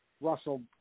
Russell